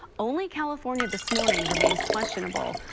only california this morning remains questionable.